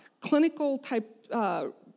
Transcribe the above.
clinical-type